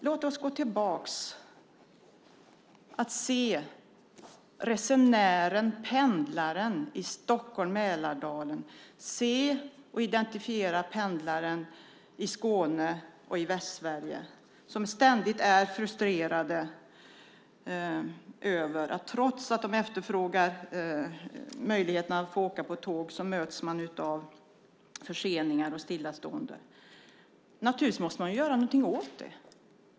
Låt oss gå tillbaka och se resenären, pendlaren, i Stockholm-Mälardalen, se och identifiera pendlaren i Skåne och i Västsverige som ständigt är frustrerad. De efterfrågar möjligheter att få åka tåg men möts av förseningar och stillastående. Naturligtvis måste man göra någonting åt det.